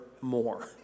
more